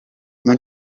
non